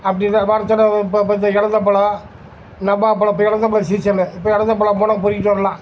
அப்படின்னு மரத்தில் இப்போப்ப இந்த எலந்தப்பழம் நவ்வாப்பழம் இப்போ எலந்தப்பழம் சீசனு இப்போ எலந்தப்பழம் போனால் பொறுக்கிட்டு வரலாம்